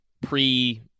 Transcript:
pre